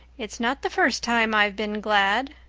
it's not the first time i've been glad,